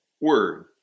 word